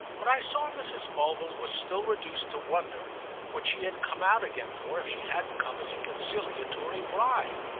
but i saw mrs. mulville was still reduced to wonder what she had come out again for if she hadn't come as a conciliatory bride.